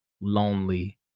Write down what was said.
lonely